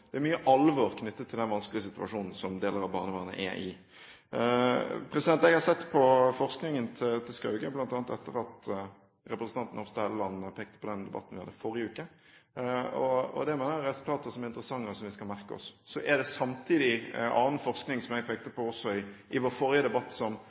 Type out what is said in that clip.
det er mye alvor knyttet til den vanskelige situasjonen som deler av barnevernet er i. Jeg har sett på forskningen til Skauge, bl.a. etter at representanten Hofstad Helleland pekte på den i debatten vi hadde forrige uke, og det er resultater som er interessante, og som vi skal merke oss. Så er det samtidig annen forskning, som jeg også pekte